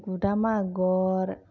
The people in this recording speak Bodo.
गुदाम आगर